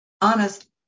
Honest